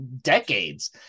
decades